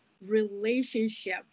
relationship